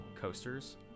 coasters